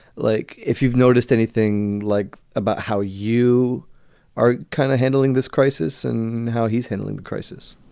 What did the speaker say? like, if you've noticed anything like about how you are kind of handling this crisis and how he's handling the crisis